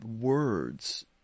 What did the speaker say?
words